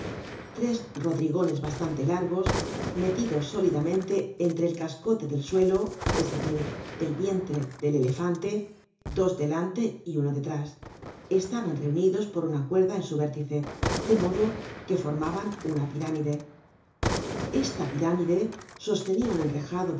tres rodrigones bastante largos metidos sólidamente entre el cascote del suelo es decir del vientre del elefante dos delante y uno detrás estaban reunidos por una cuerda en su vértice de modo que formaban una pirámide esta pirámide sostenia un enrejado